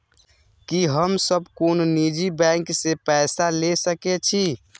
की हम सब कोनो निजी बैंक से पैसा ले सके छी?